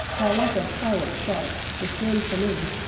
while like a pilot shark, the slim canoe,